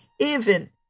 heaven